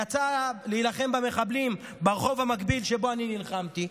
יצא להילחם במחבלים ברחוב המקביל לזה שבו אני נלחמתי,